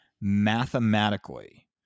Mathematically